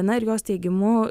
na ir jos teigimu